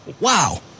Wow